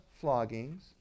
floggings